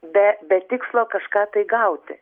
be be tikslo kažką tai gauti